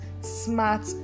SMART